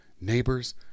neighbors